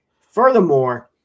Furthermore